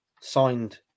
signed